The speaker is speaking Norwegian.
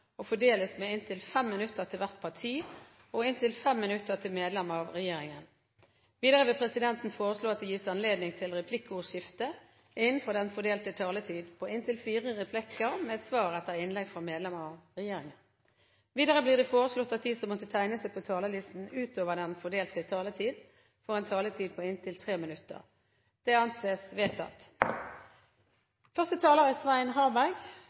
og fordeles med inntil 3 minutter til hvert parti og inntil 3 minutter til medlem av regjeringen. Videre vil presidenten foreslå at det gis anledning til replikkordskifte på inntil fem replikker med svar etter innlegg fra medlem av regjeringen innenfor den fordelte taletid. Videre blir det foreslått at de som måtte tegne seg på talerlisten utover den fordelte taletid, får en taletid på inntil 3 minutter. – Det anses vedtatt.